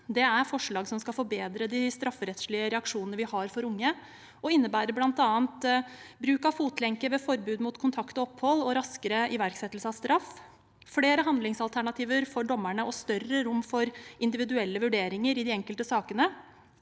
Det er forslag som skal forbedre de strafferettslige reaksjonene vi har for unge, og innebærer bl.a. bruk av fotlenke ved forbud mot kontakt og opphold, raskere iverksettelse av straff, flere handlingsalternativer for dommerne og større rom for individuelle vurderinger i de enkelte sakene,